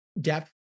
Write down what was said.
depth